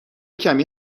کمی